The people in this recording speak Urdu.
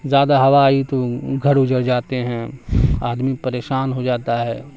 زیادہ ہوا آئی تو گھر اجڑ جاتے ہیں آدمی پریشان ہو جاتا ہے